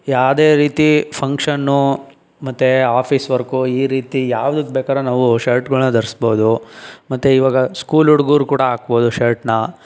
ಯಾವುದೇ ರೀತಿ ಫಂಕ್ಷನ್ ಮತ್ತು ಆಫೀಸ್ ವರ್ಕ್ ಈ ರೀತಿ ಯಾವುದಕ್ಕೆ ಬೇಕಾದ್ರೂ ನಾವು ಶರ್ಟ್ಗಳನ್ನ ಧರ್ಸ್ಬೋದು ಮತ್ತು ಈಗ ಸ್ಕೂಲ್ ಹುಡುಗರು ಕೂಡ ಹಾಕ್ಬೋದು ಶರ್ಟ್ನ